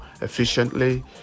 efficiently